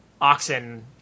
oxen